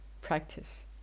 practice